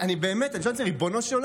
אני באמת שואל את עצמי: